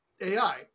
AI